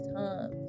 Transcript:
time